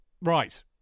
Right